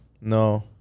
No